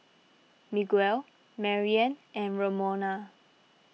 Miguel Mariann and Ramona